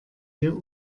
hier